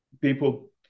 people